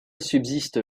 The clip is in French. subsiste